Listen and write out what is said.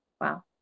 Wow